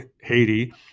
Haiti